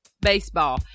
baseball